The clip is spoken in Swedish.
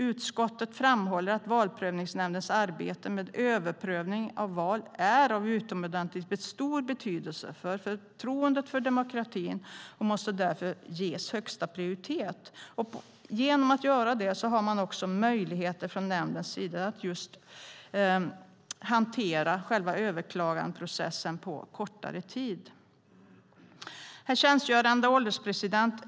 Utskottet framhåller att Valprövningsnämndens arbete med överprövning av val är av utomordentligt stor betydelse för förtroendet för demokratin och därför måste ges högsta prioritet. På så sätt har man också möjligheter från nämndens sida att just hantera själva överklagandeprocessen på kortare tid. Herr ålderspresident!